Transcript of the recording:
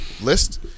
list